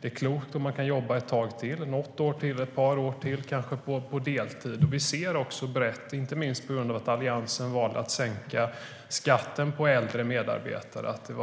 Det är klokt om man kan jobba ett tag till, något år till eller ett par år till - kanske på deltid. Vi ser också brett, inte minst på grund av att Alliansen valde att sänka skatten på äldre medarbetare, att det